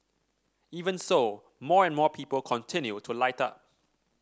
even so more and more people continue to light up